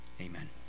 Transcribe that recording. Amen